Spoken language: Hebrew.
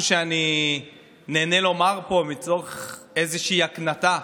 שאני נהנה לומר פה מצורך איזושהי הקנטה.